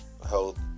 Health